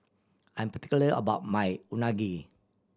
I'm particular about my Unagi